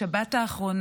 בשבת השחורה